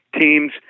Teams